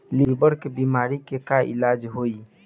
Liver के बीमारी के का इलाज होई?